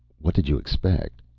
what did you expect?